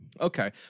Okay